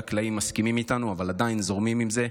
הקלעים מסכימים איתנו אבל עדיין זורמים עם זה.